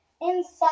inside